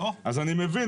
אז אני מבין,